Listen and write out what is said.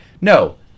No